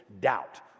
doubt